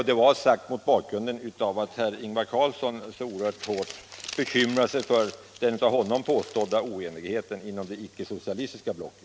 Detta sades mot bakgrund av att herr Ingvar Carlsson så oerhört starkt bekymrat sig för den av honom påstådda oenigheten inom det icke socialistiska blocket.